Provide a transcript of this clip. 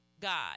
god